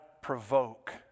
provoke